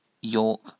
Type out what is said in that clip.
York